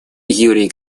юрий